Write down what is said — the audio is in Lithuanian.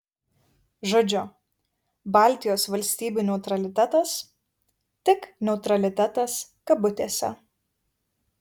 žodžiu baltijos valstybių neutralitetas tik neutralitetas kabutėse